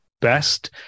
best